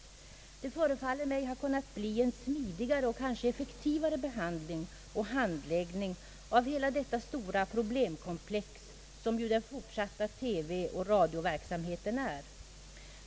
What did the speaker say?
Det förefaller mig hade kunnat bli en smidigare och kanske effektivare behandling och handläggning av hela det stora problemkomplex som ju den fortsatta radiooch TV-verksamheten utgör.